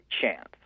chance